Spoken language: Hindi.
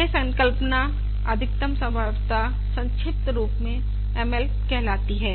यह संकल्पना अधिकतम संभाव्यता संक्षिप्त रूप में m l कहलाती है